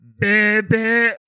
baby